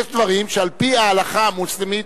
יש דברים שעל-פי ההלכה המוסלמית,